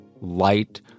light